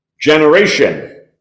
generation